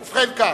כן.